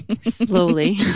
slowly